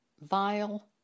vile